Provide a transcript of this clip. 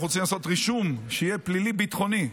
אנחנו רוצים לעשות רישום שיהיה פלילי-ביטחוני.